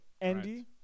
Andy